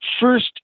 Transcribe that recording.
first